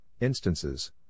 instances